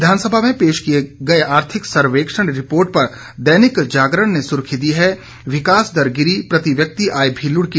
विधानसभा में पेश किए गए आर्थिक सर्वेक्षण रिपोर्ट पर दैनिक जागरण ने सुर्खी दी है विकास दर गिरी प्रति व्यक्ति आय भी लुढ़की